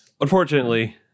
Unfortunately